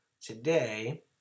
today